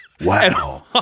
Wow